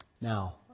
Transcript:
Now